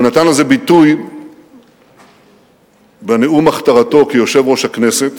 הוא נתן לזה ביטוי בנאום הכתרתו ליושב-ראש הכנסת,